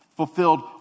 fulfilled